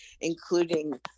including